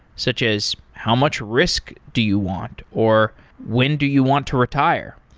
such as how much risk do you want, or when do you want to retire?